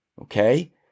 Okay